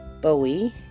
Bowie